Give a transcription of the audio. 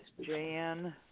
Jan